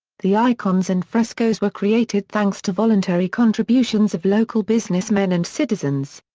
the icons and frescoes were created thanks to voluntary contributions of local businessmen and citizens.